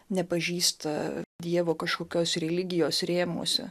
nepažįsta dievo kažkokios religijos rėmuose